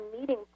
meeting